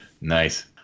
Nice